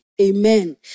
Amen